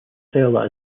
style